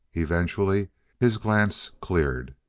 eventually his glance cleared.